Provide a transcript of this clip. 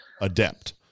adept